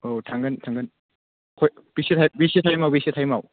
औ थांगोन थांगोन खय बेसे बेसे टाइमाव बेसे टाइमाव